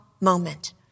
moment